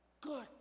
good